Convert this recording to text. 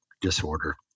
disorder